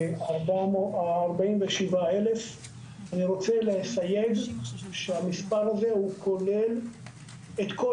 אני רוצה לסייג שהמספר הזה כולל את כל